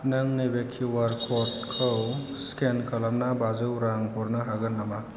नों नैबे किउआर क'डखौ स्केन खालामना बाजौ रां हरनो हागोन नामा